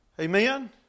Amen